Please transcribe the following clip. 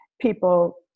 people